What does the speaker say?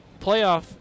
playoff